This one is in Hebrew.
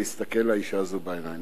להסתכל לאשה הזאת בעיניים.